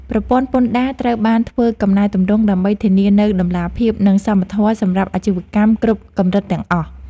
ប្រព័ន្ធពន្ធដារត្រូវបានធ្វើកំណែទម្រង់ដើម្បីធានានូវតម្លាភាព និងសមធម៌សម្រាប់អាជីវកម្មគ្រប់កម្រិតទាំងអស់។